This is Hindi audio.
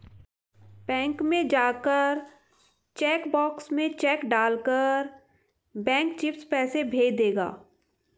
बैंक में जाकर चेक बॉक्स में चेक डाल कर बैंक चिप्स पैसे भेज देगा